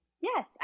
yes